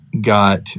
got